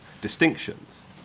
distinctions